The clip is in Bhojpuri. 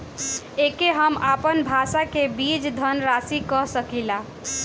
एके हम आपन भाषा मे बीज धनराशि कह सकीला